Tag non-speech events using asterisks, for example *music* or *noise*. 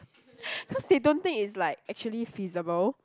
*breath* cause they don't think it's like actually feasible